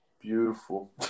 beautiful